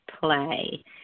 play